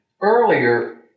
Earlier